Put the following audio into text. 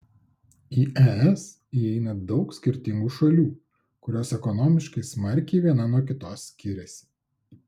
į es įeina daug skirtingų šalių kurios ekonomiškai smarkiai viena nuo kitos skiriasi